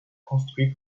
construit